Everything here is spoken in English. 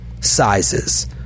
sizes